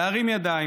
להרים ידיים,